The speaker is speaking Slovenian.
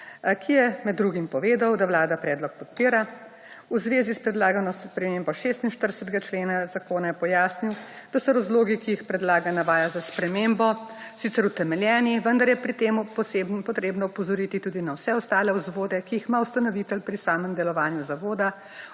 ki je med drugim povedal, da Vlada predlog podpira. V zvezi s predlagano spremembo 46. člena Zakona je pojasnil, da so razlogi, ki jih predlaga navaja za spremembo, sicer utemeljeni, vendar je pri temu posebej potrebno opozoriti tudi na vse ostale vzvode, ki jih ima ustanovitelj pri samem delovanju zavoda,